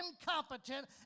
incompetent